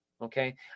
Okay